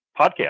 podcast